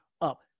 up